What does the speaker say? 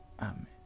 amen